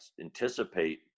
anticipate